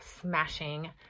smashing